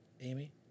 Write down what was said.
Amy